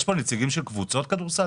יש פה נציגים של קבוצות כדורסל?